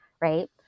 right